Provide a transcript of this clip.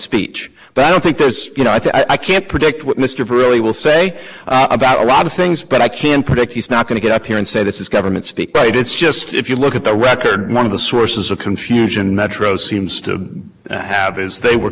speech but i don't think there's you know i can't predict what mr truly will say about a lot of things but i can predict he's not going to get up here and say this is government speak but it's just if you look at the record one of the sources of confusion metro seems to have is they were